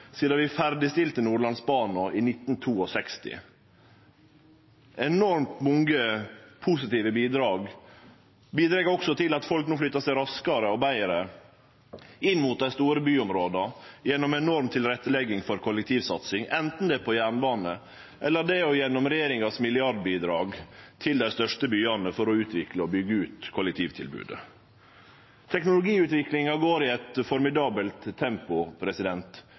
sidan vi ferdigstilte Nordlandsbanen i 1962. Enormt mange positive bidrag bidreg også til at folk no flyttar seg raskare og betre inn mot dei store byområda gjennom enorm tilrettelegging for kollektivsatsing, anten det er på jernbane, eller det er gjennom regjeringa sitt milliardbidrag til dei største byane for å utvikle og byggje ut kollektivtilbodet. Teknologiutviklinga går i eit formidabelt tempo.